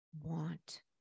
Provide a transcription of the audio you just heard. want